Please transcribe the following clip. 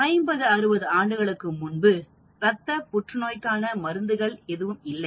ஐம்பது அறுபது ஆண்டுகளுக்கு முன்பு ரத்தப் புற்றுநோய்க்கான மருந்துகள் எதுவும் இல்லை